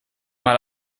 mal